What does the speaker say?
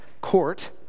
court